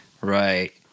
Right